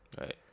Right